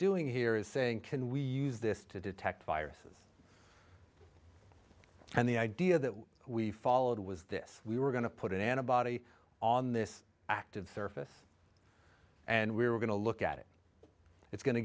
doing here is saying can we use this to detect viruses and the idea that we followed was this we were going to put in a body on this active surface and we were going to look at it it's going to